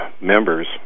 members